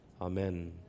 Amen